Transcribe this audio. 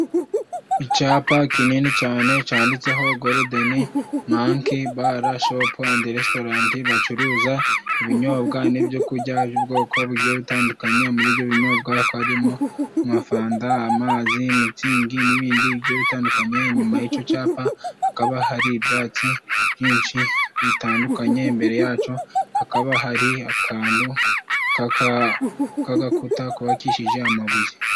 Icapa kinini cane cyanditseho "Gordeni manki bara shopu endi restorenti", bacuruza ibinyobwa n'ibyo kujya by'ubwoko bitandukanye, muri ibyo binyobwa harimo amafanta, amazi n'ibindi bigiye bitandukanye. Inyuma y'ico capa hakaba hari ibyatsi byinshi bitandukanye, imbere yaco hakaba hari akantu k'agakuta kubakishije amabuye.